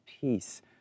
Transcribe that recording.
peace